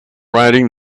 riding